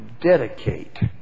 dedicate